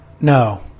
No